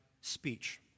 speech